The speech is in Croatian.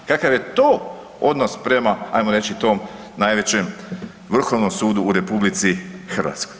Kakav je to odnos prema, ajmo reći, tom najvećem Vrhovnom sudu u RH?